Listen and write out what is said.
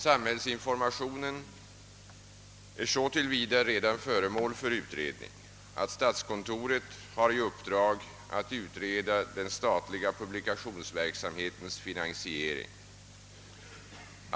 Samhällsinformationen är så till vida redan föremål för utredning, att statskontoret har i uppdrag att utreda den statliga publikationsverksamhetens finansiering.